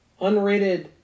Unrated